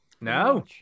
No